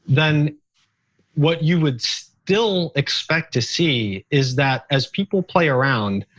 then what you would still expect to see is that as people play around,